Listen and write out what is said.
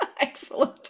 Excellent